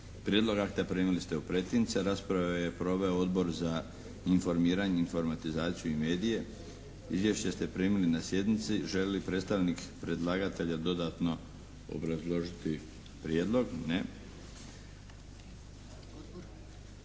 Prijedlog akta primili ste u pretince. Raspravu je proveo Odbor za informiranje, informatizaciju i medije. Izvješće ste primili na sjednici. Želi li predstavnik predlagatelja dodatno obrazložiti prijedlog? Ne.